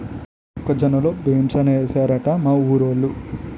మొక్క జొన్న లో బెంసేనేశారట మా ఊరోలు